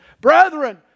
Brethren